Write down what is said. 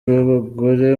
b’abagore